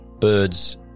birds